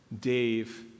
Dave